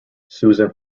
susan